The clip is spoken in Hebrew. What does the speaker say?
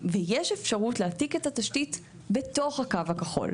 ויש אפשרות להעתיק את התשתית בתוך הקו הכחול,